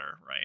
right